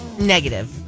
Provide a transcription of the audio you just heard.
negative